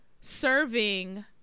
serving